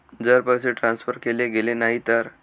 जर पैसे ट्रान्सफर केले गेले नाही तर?